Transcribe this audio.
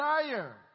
desire